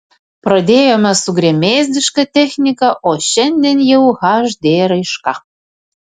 pradėjome su gremėzdiška technika o šiandien jau hd raiška